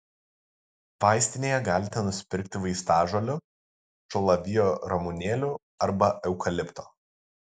vaistinėje galite nusipirkti vaistažolių šalavijo ramunėlių arba eukalipto